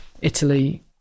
italy